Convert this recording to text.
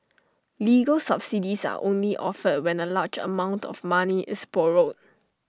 legal subsidies are only offered when A large amount of money is borrowed